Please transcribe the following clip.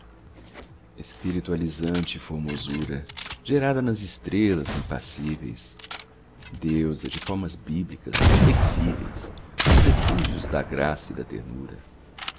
círios espiritualizante formosura gerada nas estrelas impassíveis deusa de formas bíblicas flexíveis dos eflúvios da graça e da ternura